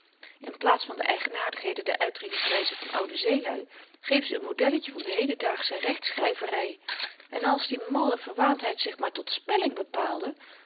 geëerbiedigd in plaats van de eigenaardigheden der uitdrukkingswyze van oude zeelui geven ze n modelletje van de hedendaagsche rechtschryvery en als die malle verwaandheid zich maar tot spelling bepaalde